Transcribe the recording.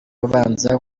ubanza